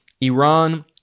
Iran